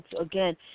again